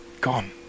gone